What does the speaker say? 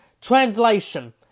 Translation